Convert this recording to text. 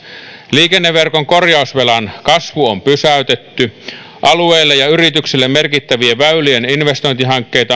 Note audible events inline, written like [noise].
liikenneverkon korjausvelan kasvu on pysäytetty alueille ja yrityksille merkittävien väylien investointihankkeita [unintelligible]